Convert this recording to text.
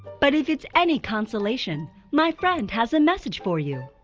but if it's any consolation, my friend has a message for you.